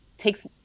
takes